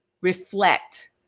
reflect